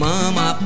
Mama